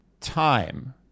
Time